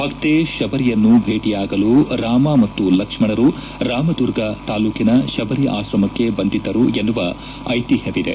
ಭಕ್ತೆ ಶಬರಿಯನ್ನು ಭೇಟಿಯಾಗಲು ರಾಮ ಮತ್ತು ಲಕ್ಷ್ಮಣರು ರಾಮದುರ್ಗ ತಾಲೂಕಿನ ಶಬರಿ ಆಶ್ರಮಕ್ಕೆ ಬಂದಿದ್ದರು ಎನ್ನುವ ಐತಿಹ್ಯವಿದೆ